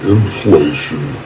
Inflation